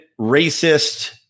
racist